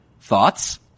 Thoughts